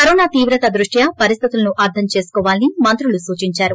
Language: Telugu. కరోనా తీవ్రత దృష్ట్యా పరిస్థితులను అర్దం చేసుకోవాలని మంత్రులు సూచించారు